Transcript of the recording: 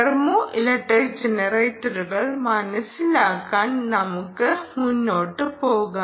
thermo electric ജനറേറ്ററുകൾ മനസിലാക്കാൻ നമുക്ക് മുന്നോട്ട് പോകാം